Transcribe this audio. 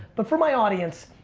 but for my audience,